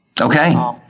okay